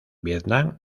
vietnam